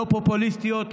לא פופוליסטיות,